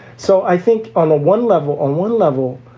so i think on a one level, on one level,